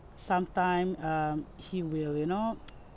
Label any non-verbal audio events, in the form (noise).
sometime um he will you know (noise)